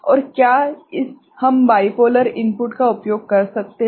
और क्या हम बाइपोलर इनपुट का उपयोग कर सकते हैं